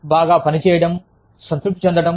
బాగా పనిచేయడం సంతృప్తి చెందడం